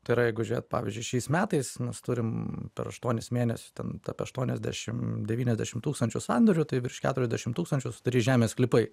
tai yra jeigu žiūrėt pavyzdžiui šiais metais mes turim per aštuonis mėnesius ten aštuoniasdešim devyniasdešim tūkstančių sandorių tai virš keturiasdešim tūkstančių sudarys žemės sklypai